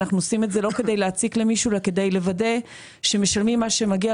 אנחנו עושים את זה לא כדי להציק למישהו אלא כדי לוודא שמשלמים מה שמגיע,